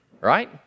right